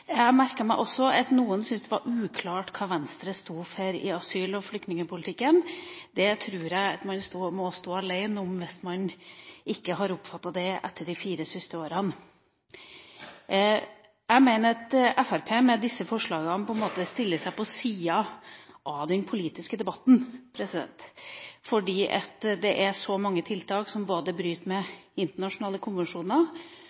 Jeg har også merket meg at noen syntes det var uklart hva Venstre sto for i asyl- og flyktningpolitikken. Hvis man ikke har oppfattet det etter de fire siste årene, tror jeg man må være alene om det. Jeg mener at Fremskrittspartiet med disse forslagene på en måte stiller seg på sida av den politiske debatten, for det er så mange tiltak som både bryter